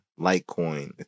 Litecoin